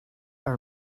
are